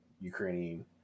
Ukrainian